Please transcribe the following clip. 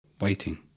Waiting